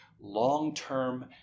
long-term